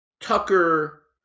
Tucker